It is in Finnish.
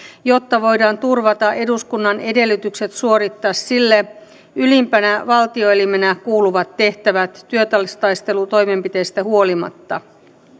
jotta voidaan turvata eduskunnan edellytykset suorittaa sille ylimpänä valtioelimenä kuuluvat tehtävät työtaistelutoimenpiteistä huolimatta